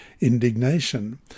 indignation